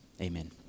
Amen